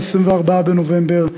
24 בנובמבר,